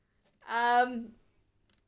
um